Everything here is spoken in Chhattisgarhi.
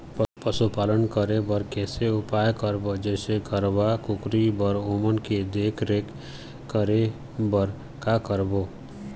पशुपालन करें बर कैसे उपाय करबो, जैसे गरवा, कुकरी बर ओमन के देख देख रेख करें बर का करबो?